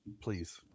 Please